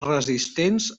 resistents